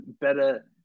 better